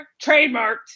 trademarked